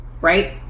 Right